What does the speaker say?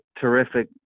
terrific